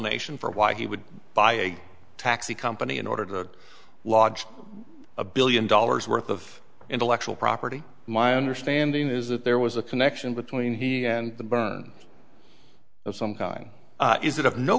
nation for why he would buy a taxi company in order to lodge a billion dollars worth of intellectual property my understanding is that there was a connection between he and the burn of some kind is it